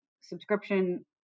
subscription